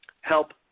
help